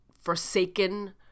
forsaken